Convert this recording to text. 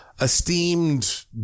esteemed